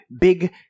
big